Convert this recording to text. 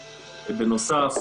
בנוסף,